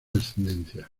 descendencia